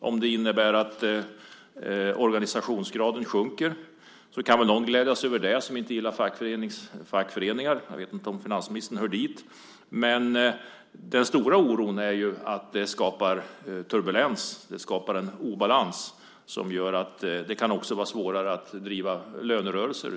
Om det innebär att organisationsgraden sjunker kan väl den som inte gillar fackföreningar - jag vet inte om finansministern hör dit - glädjas över det. Men den stora oron gäller att det skapar en turbulens och en obalans. Det gör att det kan vara svårare att driva lönerörelser.